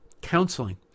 counseling